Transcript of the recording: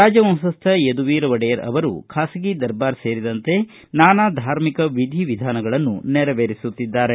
ರಾಜ ವಂಶಸ್ಥ ಯದುವೀರ್ ಒಡೆಯರ್ ಅವರು ಖಾಸಗಿ ದರ್ಬಾರ್ ಸೇರಿದಂತೆ ನಾನಾ ಧಾರ್ಮಿಕ ವಿಧಿವಿಧಾನಗಳನ್ನು ನೆರವೇರಿಸುತ್ತಿದ್ದಾರೆ